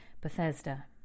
Bethesda